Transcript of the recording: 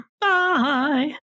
bye